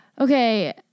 Okay